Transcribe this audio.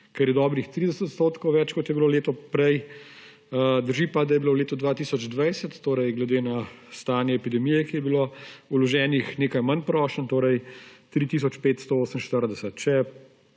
kar je dobrih 30 odstotkov več, kot je bilo leto prej. Drži pa, da je bilo v letu 2020, torej glede na stanje epidemije, ki je bila, vloženih nekaj manj prošenj, torej 3